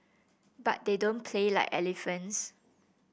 but they don't play like elephants